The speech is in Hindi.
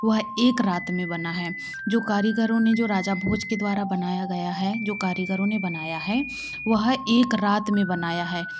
वह एक रात में बना है जो कारीगरों ने जो राजा भोज के द्वारा बनाया गया है जो कारीगरों ने बनाया है वह एक रात में बनाया है